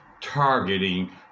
targeting